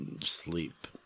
sleep